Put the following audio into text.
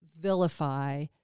vilify